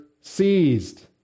seized